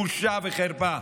בושה וחרפה.